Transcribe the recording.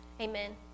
Amen